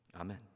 Amen